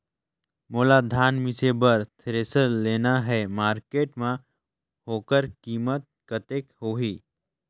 मोला धान मिसे बर थ्रेसर लेना हे मार्केट मां होकर कीमत कतेक होही?